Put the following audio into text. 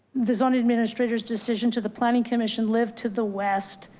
the zoning administrator's decision to the planning commission live to the west,